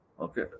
Okay